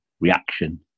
reaction